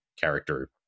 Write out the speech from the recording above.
character